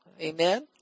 Amen